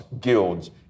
guilds